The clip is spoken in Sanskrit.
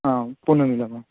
आं पुनः मिलामः